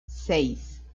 seis